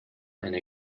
eine